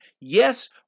Yes